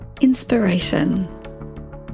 Inspiration